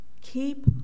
keep